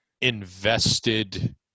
invested